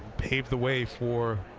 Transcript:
paved the way for